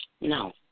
No